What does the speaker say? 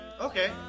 Okay